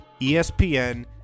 ESPN